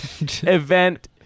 event